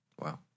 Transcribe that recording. Wow